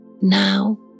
now